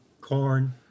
corn